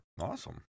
awesome